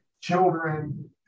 children